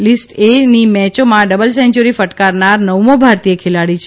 લિસ્ટે એ ની મેચોમાં ડબલ સેન્યુરી ફટકારનાર નવમો ભારતીય ખેલાડી છે